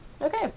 Okay